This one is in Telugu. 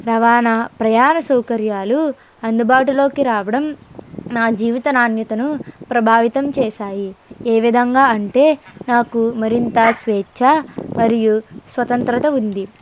రవాణా ప్రయాణ సౌకర్యాలు అందుబాటులోకి రావడం నా జీవిత నాణ్యతను ప్రభావితం చేశాయి ఏ విధంగా అంటే నాకు మరింత స్వేచ్చా మరియు స్వతంత్రం ఉంది